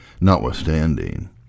Notwithstanding